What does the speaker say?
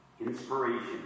Inspiration